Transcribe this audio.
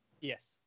Yes